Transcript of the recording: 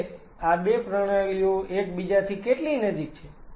તે આ 2 પ્રણાલીઓ એકબીજાથી કેટલી નજીક છે